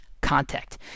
contact